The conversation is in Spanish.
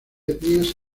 etnias